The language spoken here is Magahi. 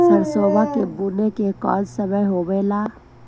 सरसोबा के बुने के कौन समय होबे ला?